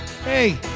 Hey